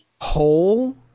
whole